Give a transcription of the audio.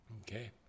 Okay